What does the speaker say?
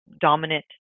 dominant